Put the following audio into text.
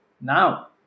now